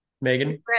megan